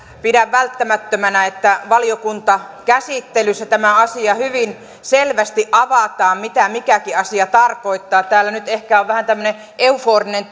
pidän välttämättömänä että valiokuntakäsittelyssä tämä asia hyvin selvästi avataan mitä mikäkin tarkoittaa täällä salissa nyt ehkä on vähän tämmöinen euforinen